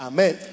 Amen